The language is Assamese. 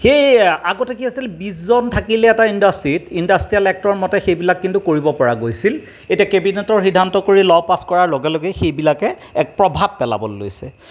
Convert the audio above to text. সেয়ে আগতে কি আছিল বিছজন থাকিলে এটা ইণ্ডাষ্ট্ৰীত ইণ্ডাষ্ট্ৰীয়েল এক্টৰ মতে সেইবিলাক কিন্তু কৰিব পৰা গৈছিল এতিয়া কেবিনেটৰ সিদ্ধান্ত কৰি ল' পাছ কৰাৰ লগে লগে সেইবিলাকে এক প্ৰভাৱ পেলাবলৈ লৈছে